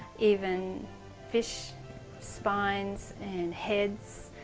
even fish spines and heads,